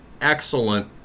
excellent